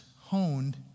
honed